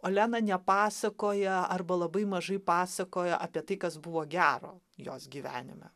olena nepasakoja arba labai mažai pasakoja apie tai kas buvo gero jos gyvenime